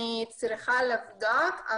אני צריכה לבדוק,